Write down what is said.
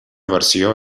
versió